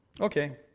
Okay